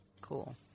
Cool